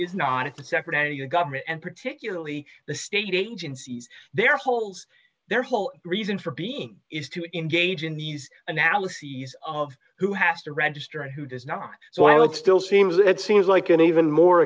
is not a separate and your government and particularly the state agencies their holes their whole reason for being is to engage in these analyses of who has to register and who does know while it still seems that seems like an even more